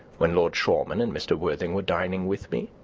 when lord shoreman and mr. worthing were dining with me,